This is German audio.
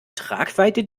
tragweite